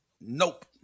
Nope